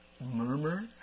Murmur